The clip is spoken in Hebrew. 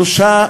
3,